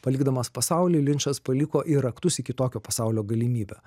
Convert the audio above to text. palikdamas pasaulį linčas paliko ir raktus į kitokio pasaulio galimybę